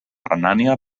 renània